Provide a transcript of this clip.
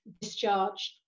discharged